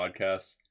podcasts